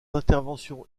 interventions